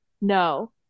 no